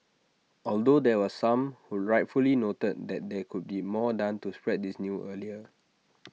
although there were some who rightfully noted that there could be more done to spread this new earlier